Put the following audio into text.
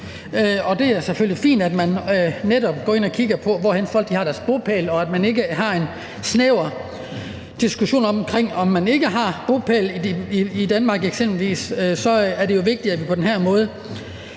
det er selvfølgelig fint, at man netop går ind og kigger på, hvor henne folk har deres bopæl, og at man ikke har en snæver diskussion, i forhold til om man har bopæl i Danmark eller ej. Eksempelvis er det jo vigtigt, at vi på den her måde